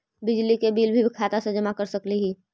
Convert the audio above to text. बिजली के बिल भी खाता से जमा कर सकली ही?